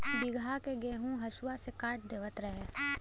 बीघहा के गेंहू हसुआ से काट देवत रहे